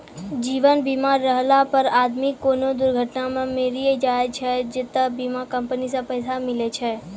जीवन बीमा रहला पर आदमी कोनो दुर्घटना मे मरी जाय छै त बीमा कम्पनी से पैसा मिले छै